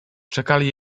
czekali